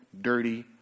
dirty